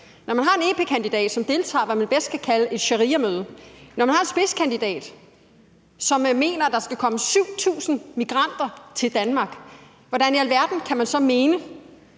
Når man har en EP-kandidat, som deltager i, hvad man bedst kan kalde et shariamøde, og når man har en spidskandidat, som mener, at der skal komme 7.000 migranter til Danmark, hvordan i alverden kan man så mene,